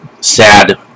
sad